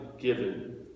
given